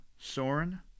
Soren